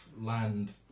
land